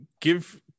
give